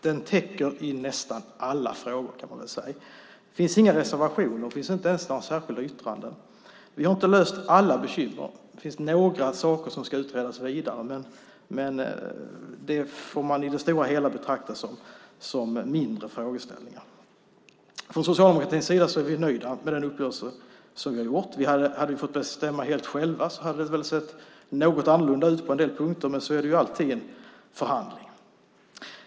Den täcker nästan alla frågor. Det finns inga reservationer. Det finns inte ens några särskilda yttranden. Vi har inte löst alla bekymmer. Det finns några saker som ska utredas vidare, men det får man i det stora hela betrakta som mindre frågor. Från socialdemokratins sida är vi nöjda med den uppgörelse som gjorts. Hade vi fått bestämma helt själva hade det väl sett något annorlunda ut på en del punkter, men så är det alltid i en förhandling.